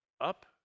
up